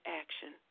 action